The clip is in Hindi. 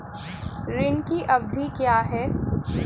ऋण की अवधि क्या है?